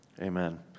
Amen